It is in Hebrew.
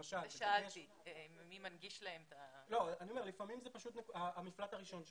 לפעמים זה פשוט המפלט הראשון שלהם.